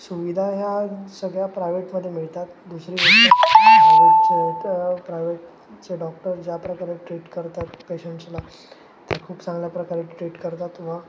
सुविधा ह्या सगळ्या प्रायवेटमध्ये मिळतात दुसरी प्रायवेटचे प्रायव्हेटचे डॉक्टर ज्या प्रकारे ट्रीट करतात पेशंट्सला ते खूप चांगल्या प्रकारे ट्रीट करतात व